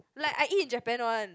like I eat Japan one